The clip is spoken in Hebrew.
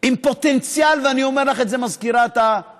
עם פוטנציאל, ואני אומר לך את זה, מזכירת הכנסת,